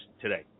today